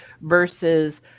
versus